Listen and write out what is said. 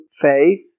faith